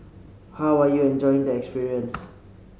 how are you enjoying the experience